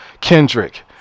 Kendrick